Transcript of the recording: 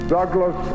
Douglas